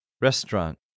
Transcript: Restaurant